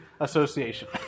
Association